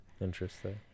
interesting